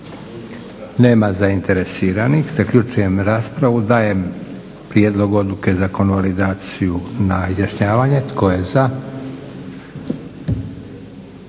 Nema zainteresiranih. Zaključujem raspravu. Dajem prijedlog odluke za … na izjašnjavanje. Tko je za?